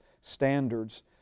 standards